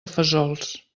fesols